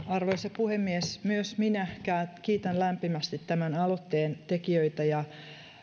arvoisa puhemies myös minä kiitän lämpimästi tämän aloitteen tekijöitä ja